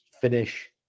finish